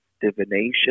divination